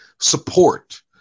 Support